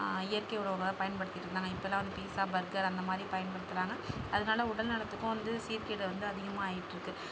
இயற்கை உணவுகளாக பயன்படுத்திட்டு இருந்தாங்க இப்போல்லாம் வந்து பீஸா பர்கர் அந்த மாதிரி பயன்படுத்துறாங்க அதனால் உடல் நலத்துக்கும் வந்து சீர்கேடு வந்து அதிகமாக ஆகிட்டிருக்கு